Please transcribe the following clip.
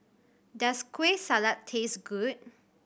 does Kueh Salat taste good